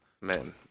man